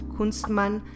Kunstmann